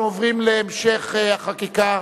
אנחנו עוברים להמשך החקיקה.